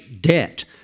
debt